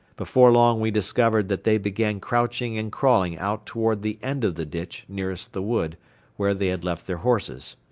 before long we discovered that they began crouching and crawling out toward the end of the ditch nearest the wood where they had left their horses.